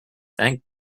thank